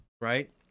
right